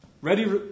Ready